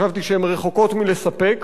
חשבתי שהן רחוקות מלספק.